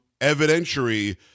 evidentiary